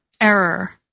error